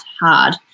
hard